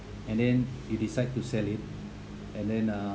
and then you decide to sell it and then uh